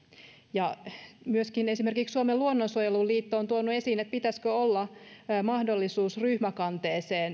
myöskin esimerkiksi suomen luonnonsuojeluliitto on tuonut esiin pitäisikö olla mahdollisuus ryhmäkanteeseen